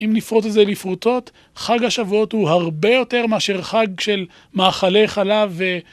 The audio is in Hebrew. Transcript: אם נפרוט את זה לפרוטות, חג השבועות הוא הרבה יותר מאשר חג של מאכלי חלב.